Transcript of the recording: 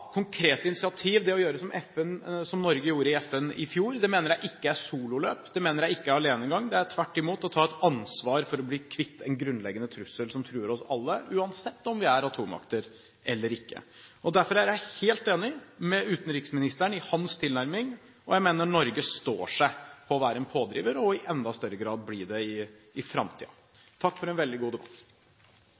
konkrete initiativ, det å gjøre som Norge gjorde i FN i fjor, mener jeg ikke er sololøp, det mener jeg ikke er alenegang. Jeg mener det tvert imot er å ta ansvar for å bli kvitt en grunnleggende trussel som truer oss alle, uansett om vi er atommakter eller ikke. Derfor er jeg helt enig med utenriksministeren i hans tilnærming. Jeg mener Norge står seg på å være en pådriver og i enda større grad bli det i framtiden. Takk for en veldig god debatt!